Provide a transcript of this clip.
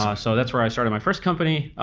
um so that's where i started my first company,